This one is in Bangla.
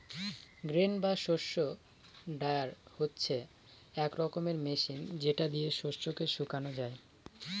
গ্রেন বা শস্য ড্রায়ার হচ্ছে এক রকমের মেশিন যেটা দিয়ে শস্যকে শুকানো যায়